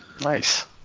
Nice